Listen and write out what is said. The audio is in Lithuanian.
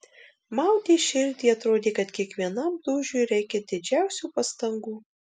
maudė širdį atrodė kad kiekvienam dūžiui reikia didžiausių pastangų